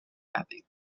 wrapping